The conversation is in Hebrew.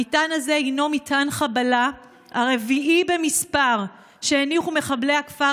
המטען הזה הינו מטען החבלה הרביעי במספר שהניחו מחבלי הכפר